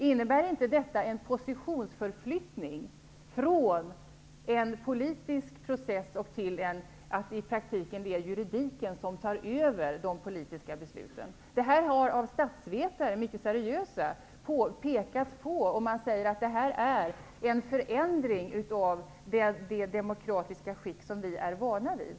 Innebär inte detta en positionsförflyttning från en politisk process till att juridiken i praktiken tar över de politiska besluten? Detta har mycket seriösa statsvetare pekat på. Man säger att detta är en förändring av det demokratiska skick som vi är vana vid.